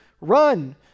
run